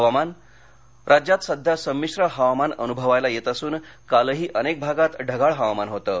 हवामान राज्यात सध्या संमिश्र हवामान अनुभवायला येत असून कालही अनेक भागात ढगाळ हवामान होतं